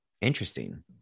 Interesting